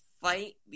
fight